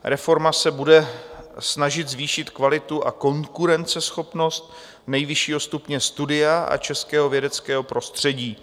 Reforma se bude snažit zvýšit kvalitu a konkurenceschopnost nejvyššího stupně studia a českého vědeckého prostředí.